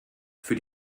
für